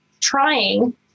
trying